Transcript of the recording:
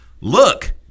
look